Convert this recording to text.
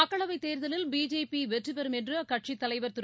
மக்களவைத் தேர்தலில் பிஜேபி வெற்றி பெறும் என்று அக்கட்சியின் தலைவர் திரு